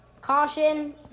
Caution